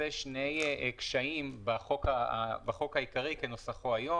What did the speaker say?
שני קשיים בחוק העיקרי כנוסחו היום